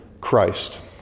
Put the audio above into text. Christ